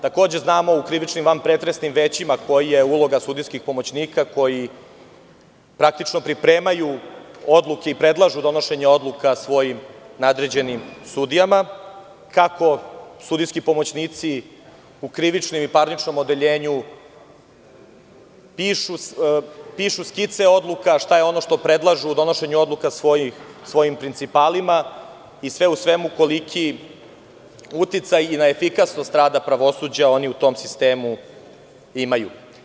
Takođe znamo koja je uloga sudijskog pomoćnika u vanpretresnim većima, koji praktično pripremaju odluke i predlažu donošenje odluka svojim nadređenim sudijama, kako sudijski pomoćnici u krivičnom i parničnom odeljenju pišu skice odluka, šta je ono što predlažu u donošenju odluka svojim prinicpalima i sve u svemu koliki uticaj na efikasnost rada pravosuđa u tom sistemu imaju.